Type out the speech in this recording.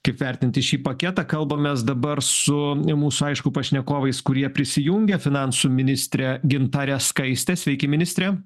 kaip vertinti šį paketą kalbamės dabar su mūsų aišku pašnekovais kurie prisijungia finansų ministre gintare skaiste sveiki ministre